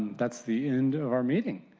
that's the end of our meeting.